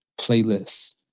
playlists